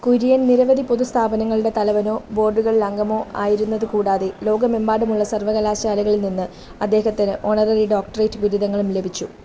കുര്യൻ നിരവധി പൊതു സ്ഥാപനങ്ങളുടെ തലവനോ ബോർഡുകളിൽ അംഗമോ ആയിരുന്നതു കൂടാതെ ലോകമെമ്പാടുമുള്ള സർവകലാശാലകളിൽ നിന്ന് അദ്ദേഹത്തിന് ഓണററി ഡോക്ടറേറ്റ് ബിരുദങ്ങളും ലഭിച്ചു